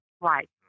right